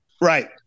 right